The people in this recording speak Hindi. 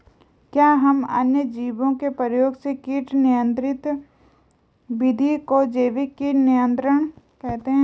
क्या हम अन्य जीवों के प्रयोग से कीट नियंत्रिण विधि को जैविक कीट नियंत्रण कहते हैं?